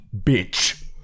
bitch